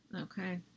Okay